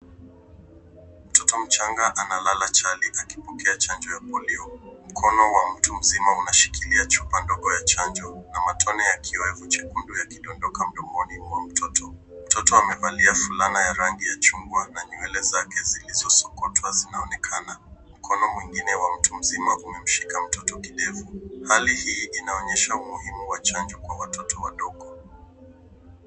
Mtoto mchanga analala chali akipokea chanjo ya polio. Mkono wa mtu mzima unashikilia chupa ya chanjo na matone ya kiowevu chekundu yakidondoka mdomoni mwa mtoto. Mtoto amevalia fulana ya rangi ya chungwa na nywele zake zilizosokotwa zinaonekana. Mkono mwingine wa mtu mzima umemshika mtoto kidevu. Hali hii inaonyesha umuhimu wa chanjo kwa watoto wadogo.